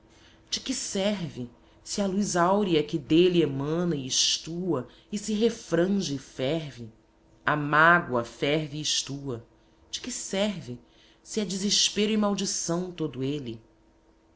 de que serve se à luz áurea que dele emana e estua e se refrange e ferve a mágoa ferve e estua de que serve se é desespero e maldição todo ele